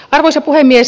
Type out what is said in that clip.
arvoisa puhemies